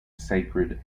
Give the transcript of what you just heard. sacred